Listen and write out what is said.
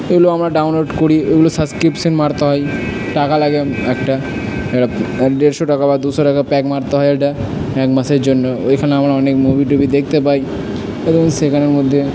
এগুলো আমরা ডাউনলোড করি এগুলো সাবস্ক্রিপশন মারতে হয় টাকা লাগে একটা দেড়শো টাকা বা দুশো টাকা প্যাক মারতে হয় ওটা এক মাসের জন্য ওইখানে আমরা অনেক মুভি টুভি দেখতে পাই এবং সেখানের মধ্যে